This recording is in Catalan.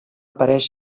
pareix